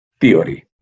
theory